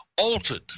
altered